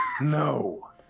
No